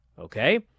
Okay